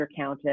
undercounted